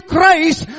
Christ